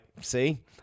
see